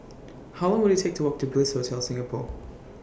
How Long Will IT Take to Walk to Bliss Hotel Singapore